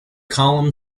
column